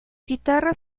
guitarras